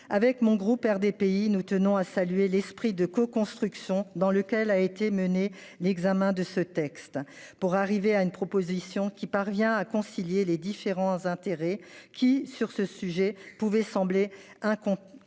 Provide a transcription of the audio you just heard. avec mon groupe RDPI nous tenons à saluer l'esprit de coconstruction dans lequel a été menée l'examen de ce texte pour arriver à une proposition qui parvient à concilier les différents intérêts qui sur ce sujet pouvaient sembler un conciliable.